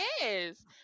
yes